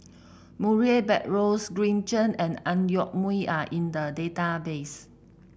Murray Buttrose Green Zeng and Ang Yoke Mooi are in the database